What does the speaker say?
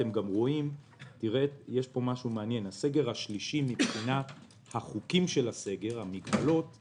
יש פה גם משהו מעניין: הסגר השלישי מבחינת המגבלות שלו